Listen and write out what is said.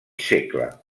segle